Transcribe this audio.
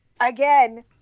Again